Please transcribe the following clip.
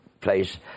place